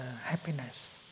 happiness